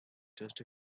just